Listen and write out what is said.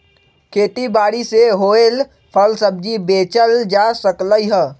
खेती बारी से होएल फल सब्जी बेचल जा सकलई ह